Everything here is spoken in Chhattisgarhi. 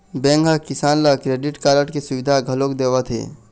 बेंक ह किसान ल क्रेडिट कारड के सुबिधा घलोक देवत हे